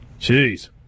Jeez